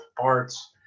parts